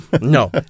No